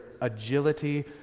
agility